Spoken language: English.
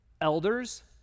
elders